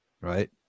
right